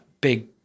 big